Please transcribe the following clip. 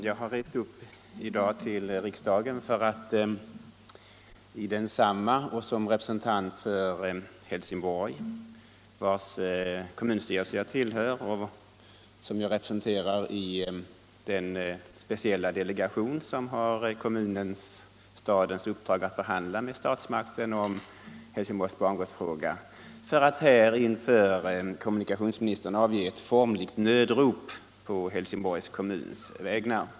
Jag har rest upp till riksdagen i dag för att som representant för Helsingborg, vars kommunstyrelse jag tillhör och som jag representerar i den speciella delegation som har kommunens uppdrag att förhandla med statsmakterna om Helsingborgs bangårdsfråga, här inför kommunikationsministern avge ett formligt nödrop på Helsingborgs kommuns vägnar.